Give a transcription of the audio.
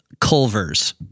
Culver's